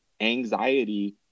anxiety